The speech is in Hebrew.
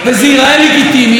וזה ייראה לגיטימי,